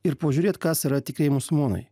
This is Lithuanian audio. ir pažiūrėt kas yra tikrieji musulmonai